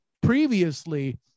previously